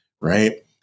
right